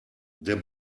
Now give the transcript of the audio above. der